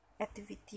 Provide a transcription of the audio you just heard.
activity